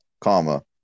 comma